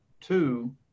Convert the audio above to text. two